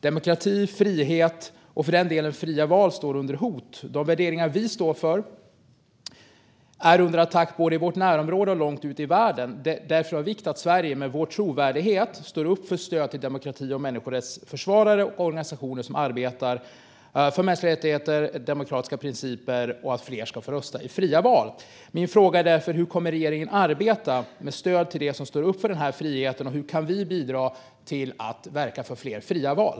Demokrati, frihet och för den delen fria val står under hot. De värderingar vi står för är under attack både i vårt närområde och långt ute i världen. Det är därför av vikt att Sverige med vår trovärdighet står upp för stöd till demokrati och människorättsförsvarare och till organisationer som arbetar för mänskliga rättigheter, för demokratiska principer och för att fler ska få rösta i fria val. Min fråga är därför: Hur kommer regeringen att arbeta med stöd till dem som står upp för denna frihet, och hur kan vi bidra till att verka för fler fria val?